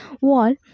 wall